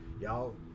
y'all